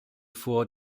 vor